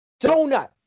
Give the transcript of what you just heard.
Donut